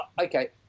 okay